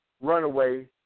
runaway